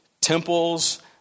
temples